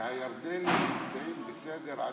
והירדנים נמצאים בראש סדר העדיפויות.